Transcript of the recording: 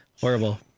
Horrible